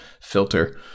filter